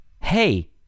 Hey